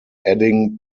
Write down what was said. adding